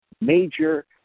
major